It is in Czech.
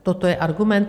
Toto je argument?